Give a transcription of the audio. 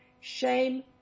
Shame